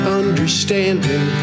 understanding